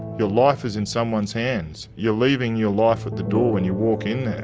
your life is in someone's hands. you're leaving your life at the door when you walk in